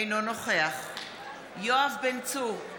אינו נוכח יואב בן צור,